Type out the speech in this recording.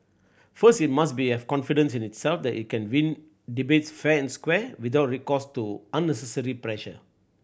first it must be have confidence in itself that it can win debates fair and square without recourse to unnecessary pressure